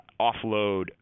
offload